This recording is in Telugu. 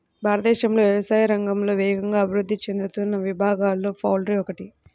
భారతదేశంలో వ్యవసాయ రంగంలో వేగంగా అభివృద్ధి చెందుతున్న విభాగాలలో పౌల్ట్రీ ఒకటి